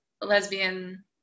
lesbian